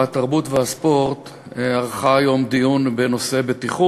התרבות והספורט ערכה היום דיון בנושא הבטיחות,